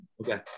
okay